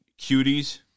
Cuties